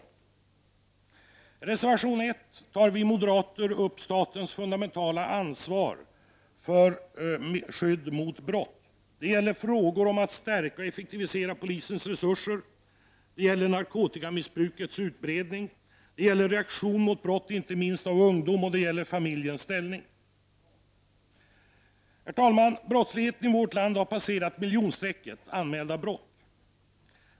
I reservation 1 tar vi moderater upp statens fundamentala ansvar för skydd mot brott. Reservationen berör frågan om att stärka och effektivisera polisens resurser, narkotikamissbrukets utbredning, reaktion mot brott som begås inte minst av ungdom och frågan om familjens ställning. 37 Herr talman! Brottsligheten i vårt land har passerat miljonstrecket anmälda brott.